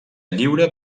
lliure